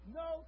no